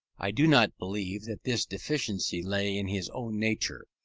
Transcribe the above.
i do not believe that this deficiency lay in his own nature.